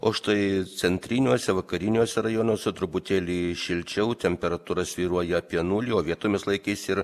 o štai centriniuose vakariniuose rajonuose truputėlį šilčiau temperatūra svyruoja apie nulį o vietomis laikysis